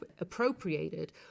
appropriated